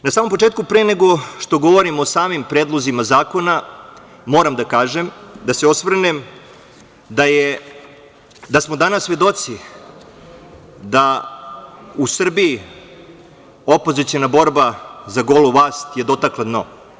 Na samom početku, pre nego što govorim o samim predlozima zakona, moram da se osvrnem na to da smo danas svedoci da je u Srbiji opoziciona borba za golu vlast dotakla dno.